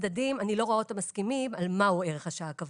הצדדים מסכימים על מה הוא ערך השעה הקבוע.